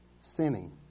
sinning